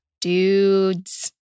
Dudes